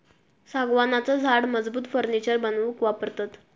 सागवानाचा झाड मजबूत फर्नीचर बनवूक वापरतत